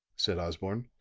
said osborne.